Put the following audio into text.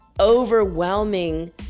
overwhelming